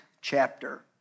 chapter